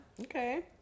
Okay